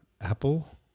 Apple